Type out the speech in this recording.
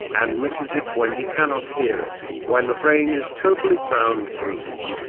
and misses it when he cannot hear it, when the brain is totally sound proof?